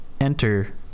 enter